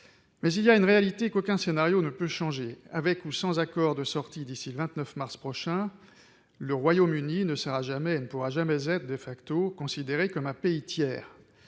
Mais il est une réalité qu'aucun scénario ne peut changer : avec ou sans accord de sortie d'ici au 29 mars prochain, le Royaume-Uni ne sera jamais et ne pourra jamais être,, considéré comme un pays tiers.